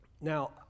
now